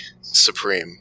Supreme